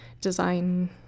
design